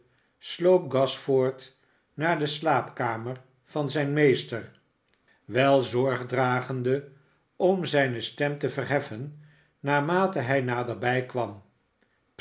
sloop gashford naar de slaapkamer van zijn meester wel zorg dragende om zijne stem te verheffen naarmate hij naderbij kwam